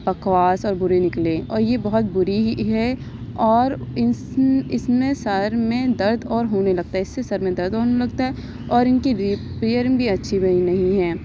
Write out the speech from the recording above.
بکواس اور برے نکلے اور یہ بہت بری ہے اور اس نے اس میں سر میں درد اور ہونے لگتا ہے اس سے سر میں درد ہونے لگتا ہے اور ان کے ریٹ پیرنگ بھی اچھی نہیں ہے